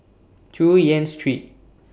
Chu Yen Street